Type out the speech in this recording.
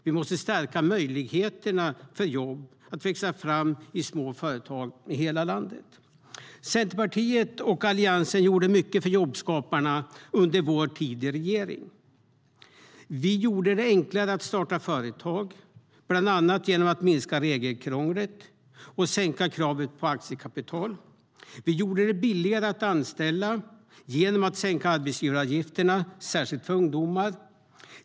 Vi måste stärka möjligheterna för jobb att växa fram i små företag i hela landet. Centerpartiet och Alliansen gjorde mycket för jobbskaparna under vår tid i regering. Vi gjorde det enklare att starta företag, bland annat genom att minska regelkrånglet och sänka kravet på aktiekapital. Vi gjorde det billigare att anställa genom att sänka arbetsgivaravgifterna, särskilt för ungdomar.